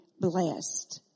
blessed